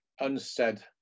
unsaid